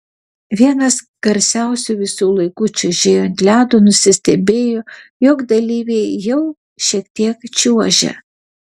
vienas garsiausių visų laikų čiuožėjų ant ledo nusistebėjo jog dalyviai jau šiek tiek čiuožia